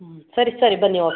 ಹ್ಞೂ ಸರಿ ಸರಿ ಬನ್ನಿ ಓಕೆ